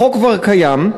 החוק כבר קיים.